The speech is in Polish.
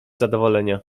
zadowolenia